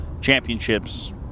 championships